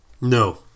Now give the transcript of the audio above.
No